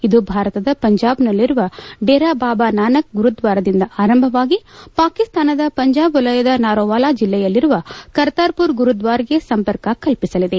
ಇದು ಭಾರತದ ಪಂಜಾಬ್ನಲ್ಲಿರುವ ಡೇರಾ ಬಾಬಾ ನಾನಕ್ ಗುರುದ್ವಾರದಿಂದ ಆರಂಭವಾಗಿ ಪಾಕಿಸ್ತಾನದ ಪಂಜಾಬ್ ವಲಯದ ನಾರೋವಾಲ್ ಜಲ್ಲೆಯಲ್ಲಿರುವ ಕರ್ತಾರ್ಪುರ್ ಗುರುದ್ವಾರಗೆ ಸಂಪರ್ಕ ಕಲ್ಪಿಸಲಿದೆ